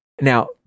now